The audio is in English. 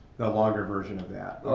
the longer version of that.